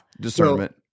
discernment